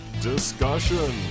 Discussion